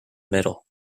middle